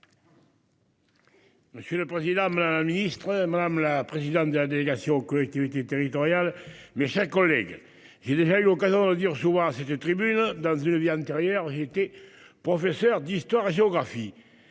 Monsieur le président m'la ministre madame la présidente de la délégation aux collectivités territoriales mais sa collègue j'ai déjà eu l'occasion de dire je vois c'était tribune dans une vie antérieure, j'ai été professeur d'histoire géographie.